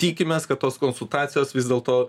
tikimės kad tos konsultacijos vis dėlto